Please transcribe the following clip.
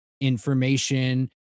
information